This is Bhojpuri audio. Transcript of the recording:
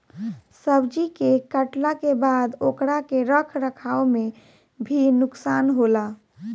सब्जी के काटला के बाद ओकरा के रख रखाव में भी नुकसान होला